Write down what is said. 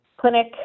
clinic